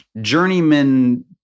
journeyman